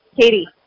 Katie